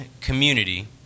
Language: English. community